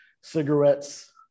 cigarettes